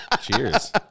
Cheers